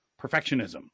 perfectionism